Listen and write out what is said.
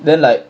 then like